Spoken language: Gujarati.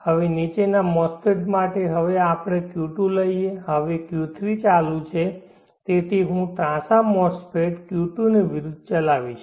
હવે નીચેના મૉસ્ફેટ માટે હવે આપણે Q2 લઈએ હવે Q3 ચાલુ છે તેથી હું ત્રાંસા મૉસ્ફેટ Q2 ની વિરુદ્ધ ચલાવીશ